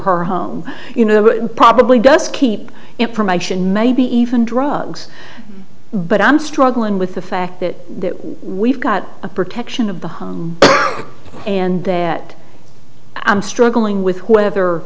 her home you know probably just keep information maybe even drugs but i'm struggling with the fact that we've got a protection of the home and that i'm struggling with whether